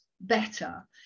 better